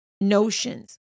notions